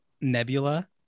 Nebula